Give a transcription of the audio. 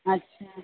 अच्छा